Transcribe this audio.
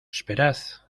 esperad